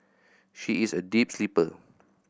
she is a deep sleeper